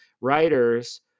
writers